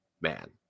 man